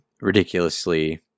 ridiculously